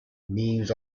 memes